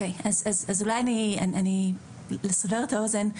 אז אולי לסבר את האוזן,